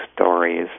stories